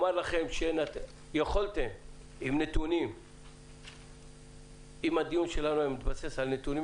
אם הדיון שלנו היה מתבסס על נתונים,